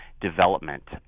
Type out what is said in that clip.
Development